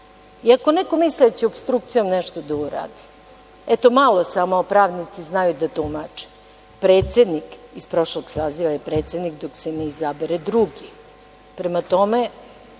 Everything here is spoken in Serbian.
neko misleći opstrukcijom nešto da uradi, eto malo samo, a pravnici znaju da tumače, predsednik iz prošlog saziva je predsednik dok se ne izabere drugi. Prema tome,